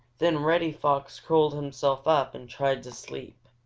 then reddy fox curled himself up and tried to sleep.